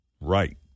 right